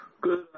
Good